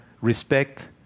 respect